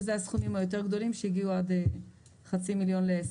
שזה הסכומים היותר גדולים שהגיעו עד חצי מיליון לעסק.